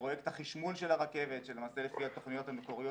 פרויקט החשמול של הרכבת שלמעשה לפי התוכניות המקוריות